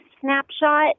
snapshot